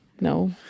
No